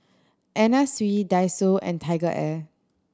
Anna Sui Daiso and TigerAir